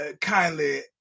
kindly